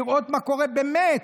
לראות מה קורה באמת,